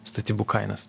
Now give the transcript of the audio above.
statybų kainas